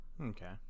Okay